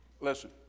Listen